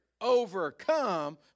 overcome